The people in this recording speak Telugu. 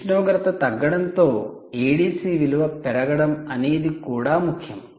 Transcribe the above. ఉష్ణోగ్రత తగ్గడంతో ADC విలువ పెరగడం అనేది కూడా ముఖ్యం